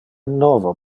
novo